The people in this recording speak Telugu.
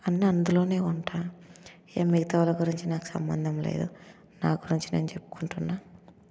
అన్ని అందులోనే ఉంటాయి ఇంకా మిగతా వాళ్ళ గురించి నాకు సంబంధం లేదు నా గురించి నేను చెప్పుకుంటున్నాను